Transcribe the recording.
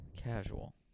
casual